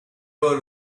were